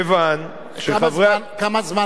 כיוון, כמה זמן?